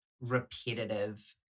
repetitive